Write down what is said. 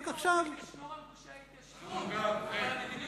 בקדימה רוצים לשמור על גושי ההתיישבות אבל המדיניות